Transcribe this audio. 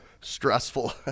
stressful